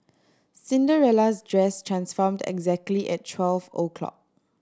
Cinderella's dress transformed exactly at twelve o'clock